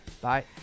bye